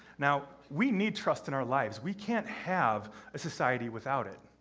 now, we need trust in our lives. we can't have a society without it.